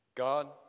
God